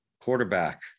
Quarterback